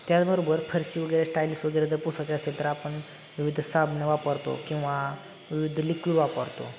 त्याचबरोबर फरशी वगैरे स्टाईलिस वगैरे जर पुसायची असेल तर आपण विविध साबणं वापरतो किंवा विविध लिक्विड वापरतो